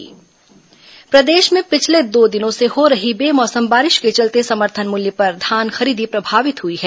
धान खरीदी प्रभावित प्रदेश में पिछले दो दिनों से हो रही बेमौसम बारिश के चलते समर्थन मूल्य पर धान खरीदी प्रभावित हुई है